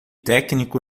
técnico